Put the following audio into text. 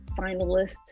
finalist